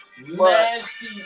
nasty